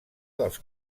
dels